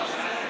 36,